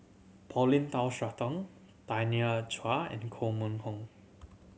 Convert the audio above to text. Paulin Tay Straughan Tanya Chua and Koh Mun Hong